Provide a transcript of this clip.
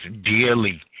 dearly